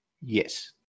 Yes